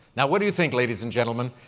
now, what do you think, ladies and gentlemen?